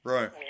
Right